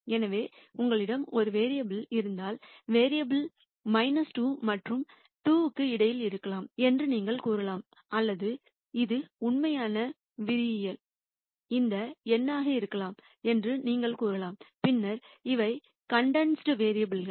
எனவே உங்களிடம் ஒரு வேரியபுல் இருந்தால் வேரியபுல் 2 மற்றும் 2 க்கு இடையில் இருக்கலாம் என்று நீங்கள் கூறலாம் அல்லது இது உண்மையான வரியில் எந்த எண்ணாக இருக்கலாம் என்று நீங்கள் கூறலாம் பின்னர் இவை கண்டென்ஸ்ட் வேரியபுல் கள்